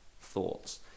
Thoughts